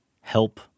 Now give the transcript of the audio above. help